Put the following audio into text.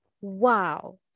wow